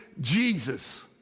Jesus